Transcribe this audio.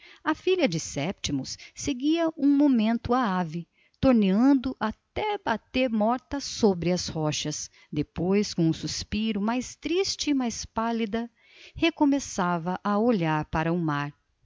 a filha de sétimo seguia um momento a ave torneando até bater morta sobre as rochas depois mais triste com um suspiro e mais pálida recomeçava a olhar para o mar